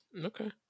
okay